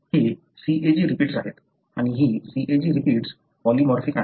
ही CAG repeats आहेत आणि ही CAG रिपीट्स पॉलीमॉर्फिक आहेत